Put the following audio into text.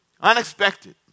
unexpected